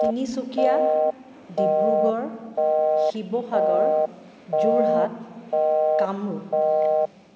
Tinsukia Dibrugarh Sivasagar Jorhat Kamrup